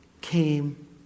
came